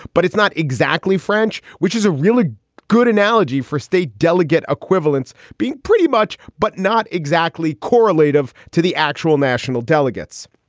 but it's not exactly french, which is a really good analogy for state delegate equivalents being pretty much, but not exactly correlative to the actual national delegates.